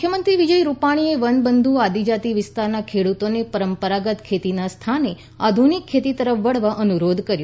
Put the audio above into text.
મુખ્યમંત્રી વિજય રૂપાણીએ વનબંધુ આદિજાતિ વિસ્તારના ખેડૂતોને પરંપરાગત ખેતીને સ્થાને આધુનિક ખેતી તરફ વાળવા અનુરોધ કર્યો છે